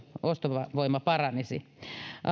ostovoima paranisi